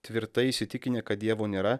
tvirtai įsitikinę kad dievo nėra